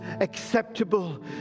acceptable